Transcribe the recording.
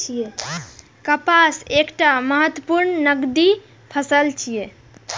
कपास एकटा महत्वपूर्ण नकदी फसल छियै